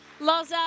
Loza